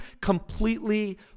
completely